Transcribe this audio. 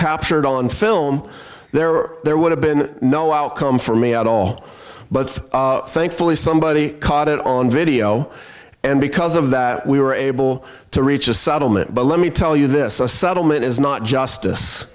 captured on film there or there would have been no outcome for me at all but thankfully somebody caught it on video and because of that we were able to reach a settlement but let me tell you this a settlement is not just